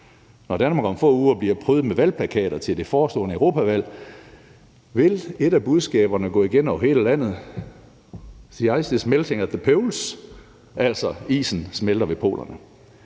Når Danmark om få uger bliver prydet med valgplakater til det forestående europaparlamentsudvalg, vil et af budskaberne, der går igen over hele landet, være »the ice is melting at the poles«, altså »isen smelter ved polerne«.